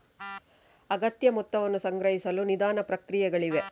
ಅಗತ್ಯ ಮೊತ್ತವನ್ನು ಸಂಗ್ರಹಿಸಲು ನಿಧಾನ ಪ್ರಕ್ರಿಯೆಗಳಿವೆ